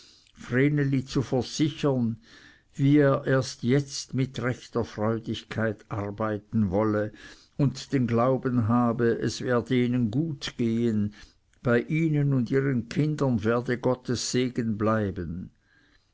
zu versichern wie er erst jetzt mit rechter freudigkeit arbeiten wolle und den glauben habe es werde ihnen gut gehen bei ihnen und ihren kindern werde gottes segen bleiben